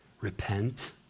repent